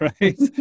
right